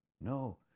No